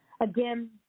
Again